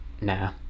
nah